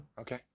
Okay